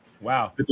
Wow